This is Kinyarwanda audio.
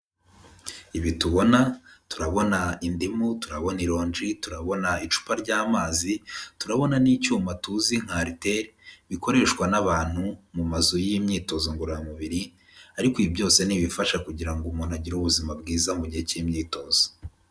Ibi tubona, turabona indimu, turabona ironji, turabona icupa ry'amazi, turabona n'icyuma tuzi nka ariteri bikoreshwa n'abantu mu mazu y'imyitozo ngororamubiri, ariko ibi byose ni ibifasha kugira ngo umuntu agire ubuzima bwiza mu gihe cy'imyitozo.